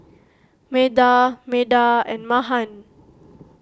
Medha Medha and Mahan